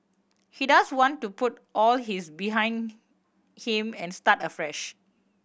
he does want to put all his behind him and start afresh